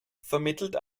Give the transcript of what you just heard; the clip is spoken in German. vermittelt